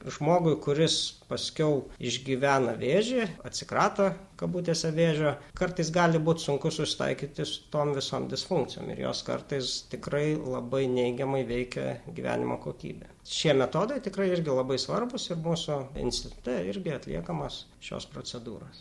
žmogui kuris paskiau išgyvena vėžį atsikrato kabutėse vėžio kartais gali būt sunku susitaikyti su tom visom disfunkcijom ir jos kartais tikrai labai neigiamai veikia gyvenimo kokybę šie metodai tikrai irgi labai svarbūs ir mūsų institute irgi atliekamos šios procedūros